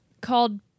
called